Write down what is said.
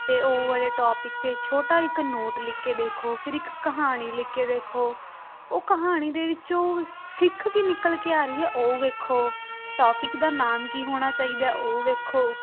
ਅਤੇ ਉਹ ਵਾਲੇ ਟੋਪਿਕ 'ਤੇ ਛੋਟਾ ਇੱਕ ਨੋਟ ਲਿਖ ਕੇ ਦੇਖੋ ਫਿਰ ਇੱਕ ਕਹਾਣੀ ਲਿਖ ਕੇ ਦੇਖੋ ਉਹ ਕਹਾਣੀ ਦੇ ਵਿੱਚੋਂ ਸਿੱਖ ਕੀ ਨਿਕਲ ਕੇ ਆ ਰਹੀ ਹੈ ਉਹ ਵੇਖੋ ਟੋਪਿਕ ਦਾ ਨਾਮ ਕੀ ਹੋਣਾ ਚਾਹੀਦਾ ਉਹ ਵੇਖੋ